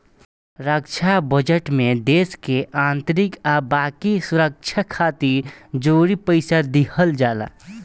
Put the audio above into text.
रक्षा budget में देश के आंतरिक आ बाकी सुरक्षा खातिर जरूरी पइसा दिहल जाला